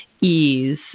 ease